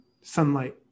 sunlight